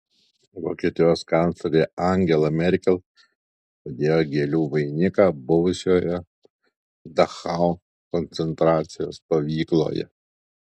vokietijos kanclerė angela merkel padėjo gėlių vainiką buvusioje dachau koncentracijos stovykloje